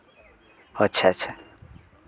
ᱟᱪᱪᱷᱟ ᱟᱪᱪᱷᱟ